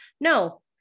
no